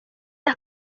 las